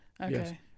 Okay